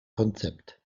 konzept